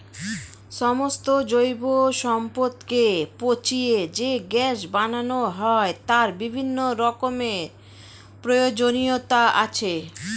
সমস্ত জৈব সম্পদকে পচিয়ে যে গ্যাস বানানো হয় তার বিভিন্ন রকমের প্রয়োজনীয়তা আছে